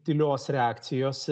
tylios reakcijos